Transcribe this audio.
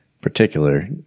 particular